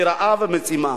מרעב ומצמא.